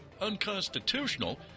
unconstitutional